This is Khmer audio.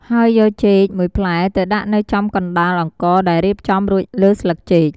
ហើយយកចេក ១ផ្លែទៅដាក់នៅចំកណ្តាលអង្ករដែលរៀបចំរួចលើស្លឹកចេក។